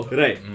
right